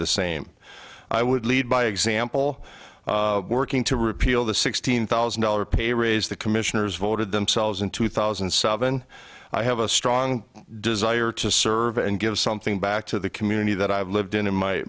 the same i would lead by example working to repeal the sixteen thousand dollars pay raise the commissioners voted themselves in two thousand and seven i have a strong desire to serve and give something back to the community that i've lived in in my